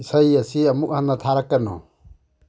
ꯏꯁꯩ ꯑꯁꯤ ꯑꯃꯨꯛ ꯍꯟꯅ ꯊꯥꯔꯛꯀꯅꯨ